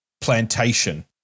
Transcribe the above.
plantation